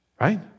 Right